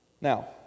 Now